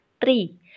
Three